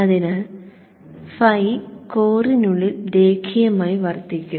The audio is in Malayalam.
അതിനാൽ φ കോറിനുള്ളിൽ രേഖീയമായി വർദ്ധിക്കും